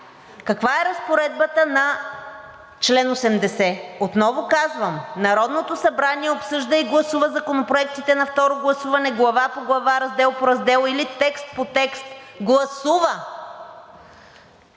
каква е разпоредбата на чл. 80! Отново казвам: Народното събрание обсъжда и гласува законопроектите на второ гласуване глава по глава, раздел по раздел или текст по текст – гласува!